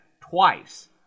twice